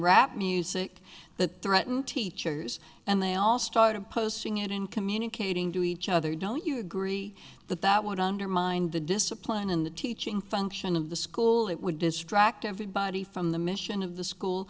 rap music that threaten teachers and they all started posting it in communicating to each other don't you agree that that would undermine the discipline in the teaching function of the school it would distract everybody from the mission of the school